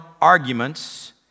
arguments